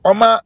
Oma